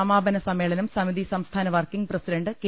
സമാപനസമ്മേളനം സമിതി സ്പംസ്ഥാന working president K